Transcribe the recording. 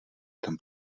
tam